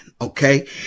Okay